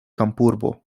kampurbo